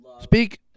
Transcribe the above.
speak